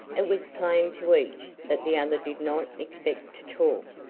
it was plain to each that the other did not expect to talk,